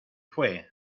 fué